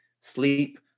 sleep